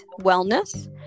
Wellness